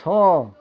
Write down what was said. ଛଅ